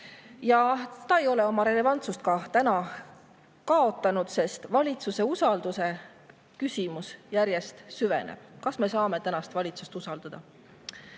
ja see ei ole oma relevantsust ka täna kaotanud, sest valitsuse usalduse küsimus [püsib]. Kas me saame tänast valitsust usaldada? Viimased